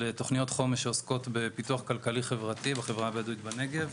אלה תוכניות חומש שעוסקות בפיתוח כלכלי-חברתי בחברה הבדואית בנגב.